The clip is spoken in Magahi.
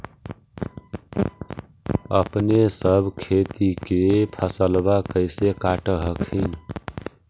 अपने सब खेती के फसलबा कैसे काट हखिन?